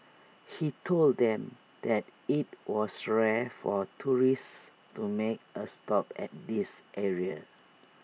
he told them that IT was rare for tourists to make A stop at this area